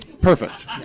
Perfect